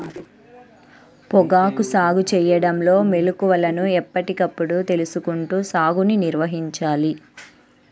పొగాకు సాగు చేయడంలో మెళుకువలను ఎప్పటికప్పుడు తెలుసుకుంటూ సాగుని నిర్వహించాలి